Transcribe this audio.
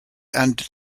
and